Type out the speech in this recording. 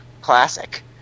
classic